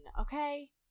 okay